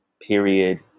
period